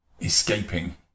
escaping